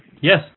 Yes